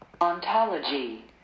Ontology